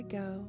go